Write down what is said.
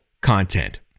content